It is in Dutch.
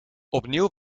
opnieuw